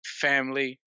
family